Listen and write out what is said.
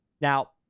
Now